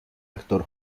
actor